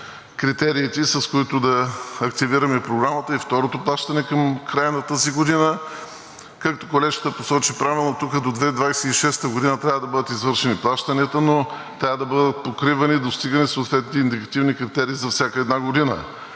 критериите, с които да активираме програмата и второто плащане към края на тази година. Както колежката посочи правилно, тук до 2026 г. трябва да бъдат извършени плащанията, но трябва да бъдат покривани и достигани съответните индикативни критерии за всяка една година,